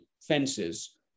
fences